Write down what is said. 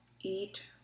eat